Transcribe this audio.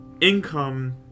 income